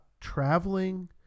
traveling